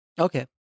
okay